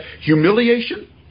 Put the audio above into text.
humiliation